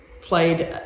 played